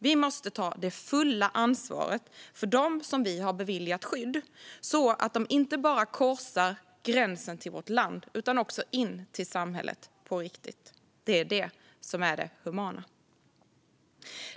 Vi måste ta det fulla ansvaret för dem som vi har beviljat skydd, så att de korsar gränsen inte bara till vårt land utan också in till samhället på riktigt. Det är det som är det humana.